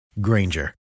Granger